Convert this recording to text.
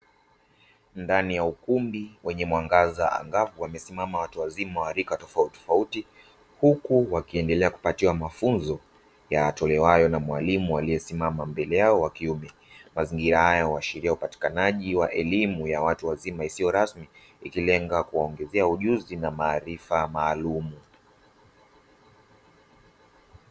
Ndani ya ukumbi wenye mwangaza angavu wamesimama watu wazima, wa rika tofautitofauti huku wakiendelea kupatiwa mafunzo, yatolewayo na mwalimu aliyesimama mbele yao wa kiume. Mazingira haya huashiria upatikanaji wa elimu ya watu na isiyo rasmi, ikilenga kuwaongezea ujuzi na maarifa maalumu.